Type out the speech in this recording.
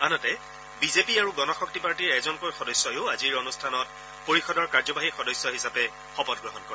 আনহাতে বিজেপি আৰু গণশক্তি পাৰ্টিৰ এজনকৈ সদস্যইও আজিৰ অনুষ্ঠানত পৰিষদৰ কাৰ্যবাহী সদস্য হিচাপে শপত গ্ৰহণ কৰে